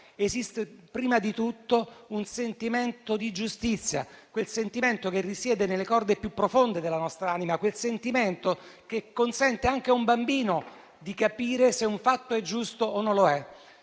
Esiste prima di tutto un sentimento di giustizia, quel sentimento che risiede nelle corde più profonde della nostra anima; quel sentimento che consente anche a un bambino di capire se un fatto è giusto o meno.